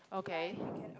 okay